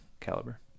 caliber